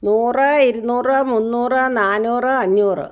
നൂറ് ഇരുന്നൂറ് മുന്നൂറ് നാന്നൂറ് അഞ്ഞൂറ്